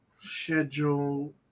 Schedule